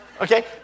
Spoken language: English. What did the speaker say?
okay